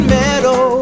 meadow